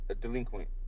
delinquent